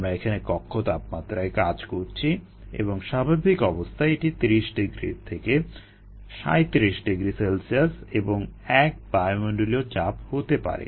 আমরা এখানে কক্ষ তাপমাত্রায় কাজ করছি এবং স্বাভাবিক অবস্থায় এটা ৩০ ডিগ্রি থেকে ৩৭ ডিগ্রি সেলসিয়াস এবং ১ বায়ুমন্ডলীয় চাপ হতে পারে